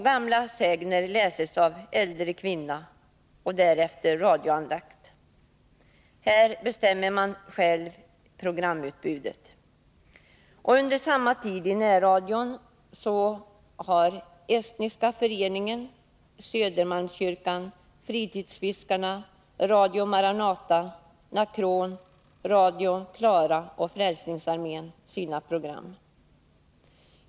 Gamla sägner läses av en äldre kvinna, och därefter radioandakt. Här bestämmer man själv programutbudet. Under samma tid i närradion har Estniska föreningen, Södermalmskyrkan, Fritidsfiskarna, Radio Maranata, Nacron, Radio Klara och Frälsningsarmén sina program.